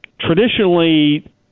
traditionally